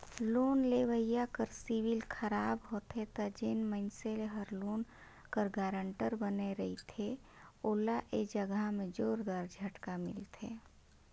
loan लेवइया कर civil खराब होथे ता जेन मइनसे हर लोन कर गारंटर बने रहथे ओला ए जगहा में जोरदार झटका मिलथे